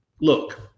look